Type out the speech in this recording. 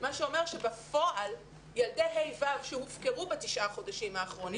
מה שאומר שבפועל ילדי ה'-ו' שהופקרו בתשעת החודשים האחרונים,